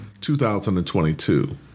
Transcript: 2022